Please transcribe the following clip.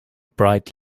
bright